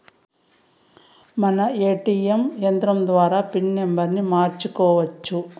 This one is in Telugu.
మనం ఏ.టీ.యం యంత్రం ద్వారా పిన్ నంబర్ని మార్చుకోవచ్చు